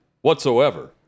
whatsoever